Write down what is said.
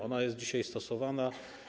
Ona jest dzisiaj stosowana.